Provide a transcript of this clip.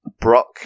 Brock